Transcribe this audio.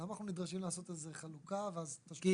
למה אנחנו נדרשים לעשות על זה חלוקה ואז תשלום --- כי